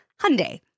Hyundai